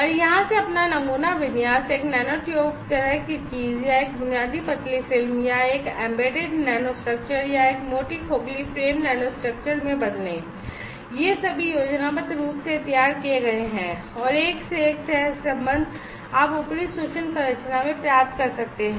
और यहाँ से अपना नमूना विन्यास एक नैनोट्यूब तरह की चीज़ या एक बुनियादी पतली फिल्म या एक एम्बेडेड नैनोस्टेक्चर या एक मोटी खोखली फ्रेम नैनोस्ट्रक्चर में बदलें ये सभी योजनाबद्ध रूप से तैयार किए गए हैं और एक से एक सहसंबंध आप ऊपरी सूक्ष्म संरचना में प्राप्त कर सकते हैं